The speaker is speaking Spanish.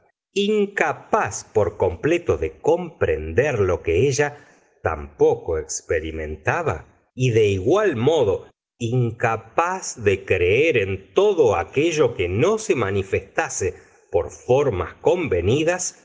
incapaz por completo de comprender lo que ella tampoco experimentaba y de igual modo incapaz de creer en todo aquello que no se manifestase por formas convenidas